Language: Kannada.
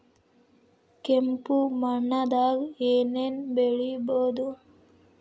ಕೆಂಪು ಮಣ್ಣದಾಗ ಏನ್ ಏನ್ ಬೆಳಿಬೊದು?